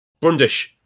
Brundish